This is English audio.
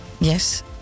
Yes